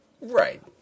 Right